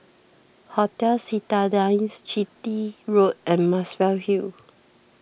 Hotel Citadines Chitty Road and Muswell Hill